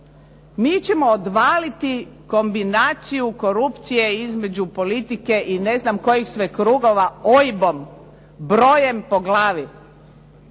Mi ćemo odvaliti kombinaciju korupcije između politike i ne znam kojih sve krugova OIB-om? Brojem po glavi?